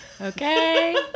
Okay